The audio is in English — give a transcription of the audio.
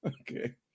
Okay